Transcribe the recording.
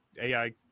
AI